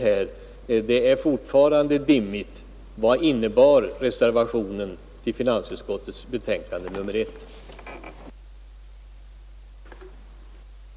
Men det är fortfarande oklart vad reservationen vid finansutskottets betänkande nr 1 innebar.